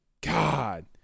God